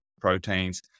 proteins